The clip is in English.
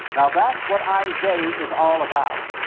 now, that's what isaiah is all about.